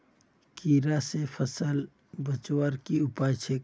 कीड़ा से फसल बचवार की उपाय छे?